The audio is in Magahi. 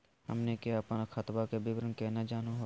हमनी के अपन खतवा के विवरण केना जानहु हो?